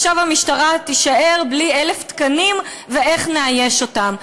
עכשיו המשטרה תישאר בלי 1,000 תקנים ואיך נאייש אותם.